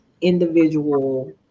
individual